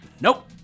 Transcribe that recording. Nope